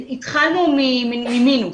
התחלנו ממינוס.